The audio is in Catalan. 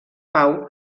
pau